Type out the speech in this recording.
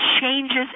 changes